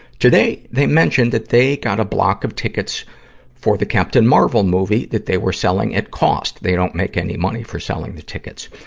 today, they mentioned that they got a block of tickets for the captain marvel movie that they were selling at cost. they don't make any money for selling the tickets.